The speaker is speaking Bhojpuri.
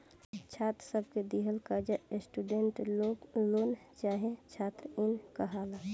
छात्र सब के दिहल कर्जा स्टूडेंट लोन चाहे छात्र इन कहाला